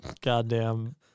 goddamn